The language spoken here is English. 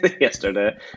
yesterday